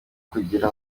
kugira